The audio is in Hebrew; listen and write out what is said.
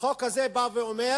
החוק הזה בא ואומר